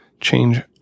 change